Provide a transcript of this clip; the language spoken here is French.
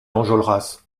enjolras